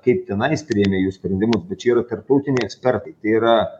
kaip tenais priimė jų sprendimus bet čia yra tarptautiniai ekspertai tai yra